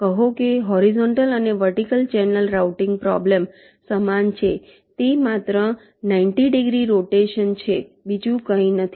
કહો કે હોરીઝોન્ટલ અને વર્ટીકલ ચેનલ રાઉટીંગ પ્રોબ્લેમ સમાન છે તે માત્ર 90 ડિગ્રી રોટેશન છે બીજું કંઈ નથી